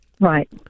Right